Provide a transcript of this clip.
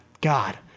God